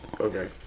okay